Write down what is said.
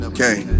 Okay